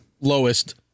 lowest